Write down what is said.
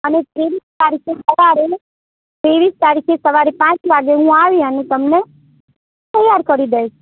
અને ત્રેવીસ તારીખે સવારે ત્રેવીસ તારીખે સવારે પાંચ વાગે હું આવી અને તમને તૈયાર કરી દઇશ